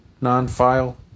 Non-file